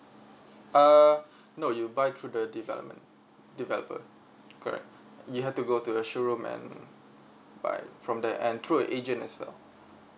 uh no you buy through the development developer correct you have to go to the show room and buy from there and through a agent as well